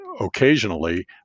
Occasionally